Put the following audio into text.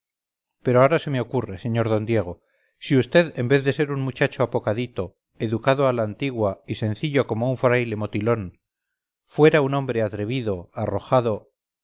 pero ahora que me ocurre sr d diego si vd en vez de ser un muchacho apocadito educado a la antigua y sencillo como un fraile motilón fuera un hombre atrevido arrojado